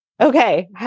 okay